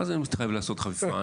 מה זה מתחייב לעשות חפיפה?